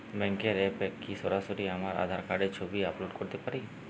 ব্যাংকের অ্যাপ এ কি সরাসরি আমার আঁধার কার্ডের ছবি আপলোড করতে পারি?